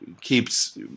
keeps